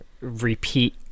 repeat